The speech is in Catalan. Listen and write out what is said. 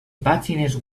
pàgines